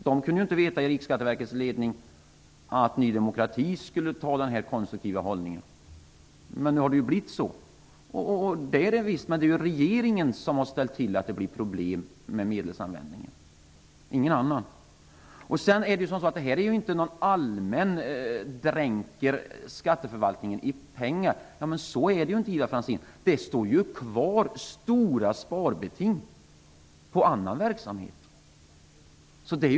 Man kunde inte veta i Riksskatteverkets ledning att Ny demokratis skulle ta en konstruktiv hållning. Men nu har det blivit så. Det är ju regeringen som ställt till så att det blir problem med medelsanvändningen, ingen annan. Det här är inte någon allmän dränkning av skatteförvaltningen i pengar. Så är det inte, Ivar Franzén. Stora sparbeting kvarstår på annan verksamhet.